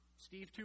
Steve